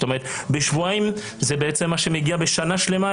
כלומר בשבועיים הגיעה כמות שמגיעה בשנה שלמה.